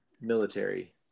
military